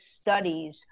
studies